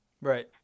Right